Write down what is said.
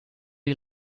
you